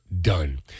done